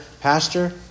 pastor